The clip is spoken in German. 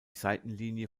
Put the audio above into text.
seitenlinie